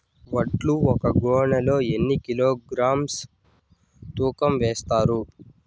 వడ్లు ఒక గోనె లో ఎన్ని కిలోగ్రామ్స్ తూకం వేస్తారు?